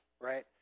right